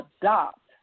adopt